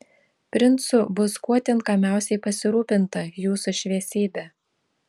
princu bus kuo tinkamiausiai pasirūpinta jūsų šviesybe